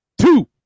two